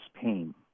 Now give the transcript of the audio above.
pain